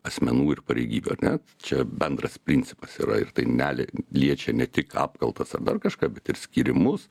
asmenų ir pareigybių ar ne čia bendras principas yra ir tai nelie liečia ne tik apkalbas ar dar kažką bet ir skyrimus